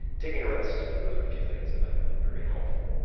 taking a rest, those are a few things that i find very helpful.